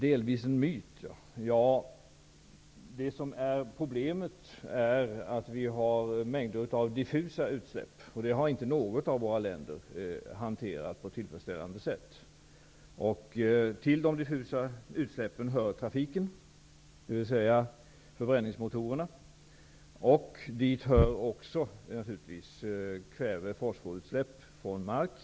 ''delvis en myt'' i svaret. Problemet är att det finns mängder av diffusa utsläpp, något som inte något av våra grannländer har hanterat på ett tillfredsställande sätt. Till de diffusa utsläppen hör bl.a. utsläppen från trafiken -- dvs. från förbränningsmotorerna -- och naturligtvis också kväve och fosforutsläpp från mark.